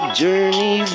journey